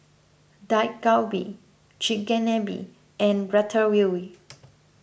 Dak Galbi Chigenabe and Ratatouille